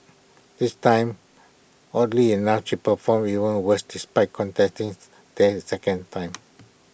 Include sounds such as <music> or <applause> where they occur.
this time oddly enough she performed even worse despite contesting <noise> there A second time